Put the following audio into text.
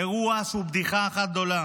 אירוע שהוא בדיחה אחת גדולה.